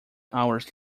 hours